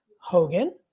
Hogan